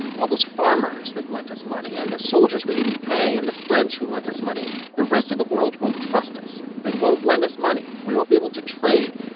all those farmers that lent us money and the soldiers we didn't pay and the french who lent us money the rest of the world won't trust us. they won't lend us money. we won't be able to trade.